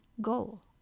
goal